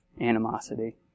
animosity